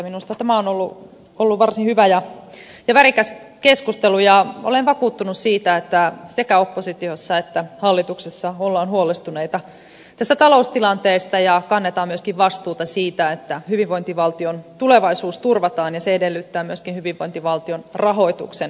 minusta tämä on ollut varsin hyvä ja värikäs keskustelu ja olen vakuuttunut siitä että sekä oppositiossa että hallituksessa ollaan huolestuneita tästä taloustilanteesta ja kannetaan myöskin vastuuta siitä että hyvinvointivaltion tulevaisuus turvataan ja se edellyttää myöskin hyvinvointivaltion rahoituksen turvaamista